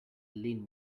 lean